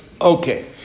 Okay